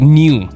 new